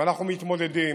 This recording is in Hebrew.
ואנחנו מתמודדים.